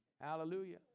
hallelujah